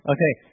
Okay